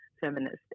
feminist